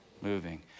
Moving